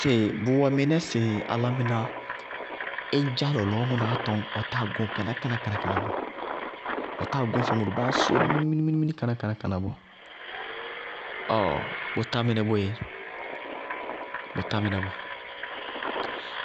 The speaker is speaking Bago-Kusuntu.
Sɩ bʋmɛ mɩnɛ sɩ álámɩná, ɩdzá lɔlɔɔɔ ŋʋnáá tɔñ, ɔtáa góŋ kánákáná bɔɔ? Ɔtáa góŋ fɛ ŋʋrʋ báa sóóni minimini kánákáná bɔɔ? Ɔɔɔ! Bʋtá mɩnɛ boé! Bʋtá mɩnɛ bɔɔ.